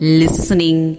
listening